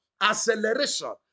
acceleration